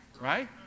Right